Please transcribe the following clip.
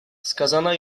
skazana